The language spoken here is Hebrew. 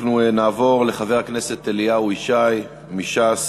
אנחנו נעבור לחבר הכנסת אליהו ישי מש"ס.